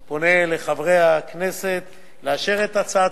אני פונה אל חברי הכנסת לאשר את הצעת